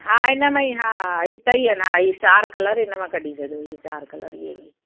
हा हिन में ई हा इहे सही आहिनि हा इहे चारि कलर हिन मां कढी छॾो इहे चारि कलर इहे ई